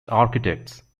architects